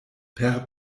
per